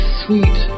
sweet